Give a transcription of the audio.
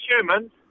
humans